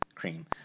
Cream